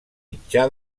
mitjà